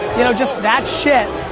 you know just that shit